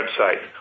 website